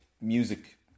music